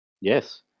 Yes